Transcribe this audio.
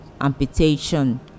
amputation